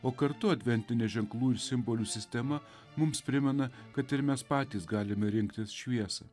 o kartu adventinė ženklų ir simbolių sistema mums primena kad ir mes patys galime rinktis šviesą